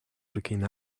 looking